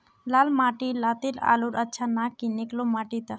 लाल माटी लात्तिर आलूर अच्छा ना की निकलो माटी त?